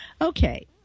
Okay